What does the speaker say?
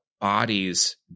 bodies